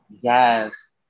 Yes